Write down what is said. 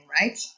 right